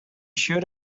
should